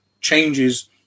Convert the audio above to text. changes